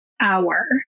hour